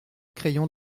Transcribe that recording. crayon